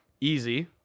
Easy